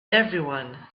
everyone